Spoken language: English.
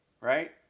right